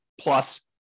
plus